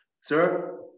Sir